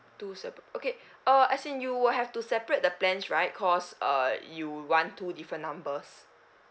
two seperate okay uh as in you will have to separate the plans right cause uh you want two different numbers